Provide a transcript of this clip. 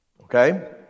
Okay